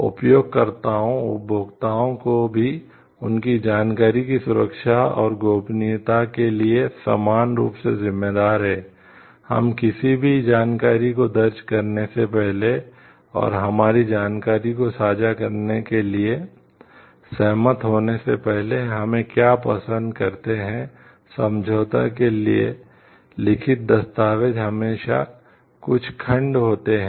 उपयोगकर्ताओं उपभोक्ताओं को भी उनकी जानकारी की सुरक्षा और गोपनीयता के लिए समान रूप से जिम्मेदार हैं हम किसी भी जानकारी को दर्ज करने से पहले और हमारी जानकारी को साझा करने के लिए सहमत होने से पहले हमें क्या पसंद करते हैं समझौते के लिखित दस्तावेज़ हमेशा कुछ खंड होते हैं